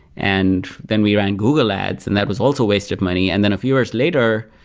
and then we ran google ads and that was also a waste of money. and then a few years later,